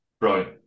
Right